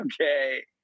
okay